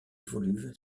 woluwe